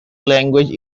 language